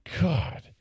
God